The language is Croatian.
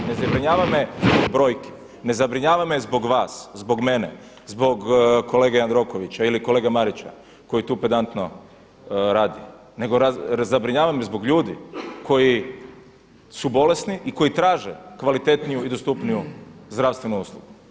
Ne zabrinjavaju me brojke, ne zabrinjava me zbog vas, zbog mene, zbog kolege Jandrokovića ili kolege Marića koji tu pedantno radi nego zabrinjava me zbog ljudi koji su bolesni i koji traže kvalitetniju i dostupniju zdravstvenu uslugu.